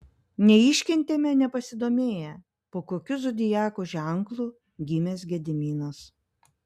neiškentėme nepasidomėję po kokiu zodiako ženklu gimęs gediminas